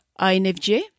INFJ